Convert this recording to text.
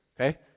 Okay